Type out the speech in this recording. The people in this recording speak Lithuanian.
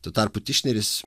tuo tarpu tišneris